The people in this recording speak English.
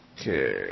Okay